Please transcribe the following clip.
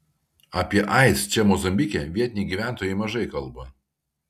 apie aids čia mozambike vietiniai gyventojai mažai kalba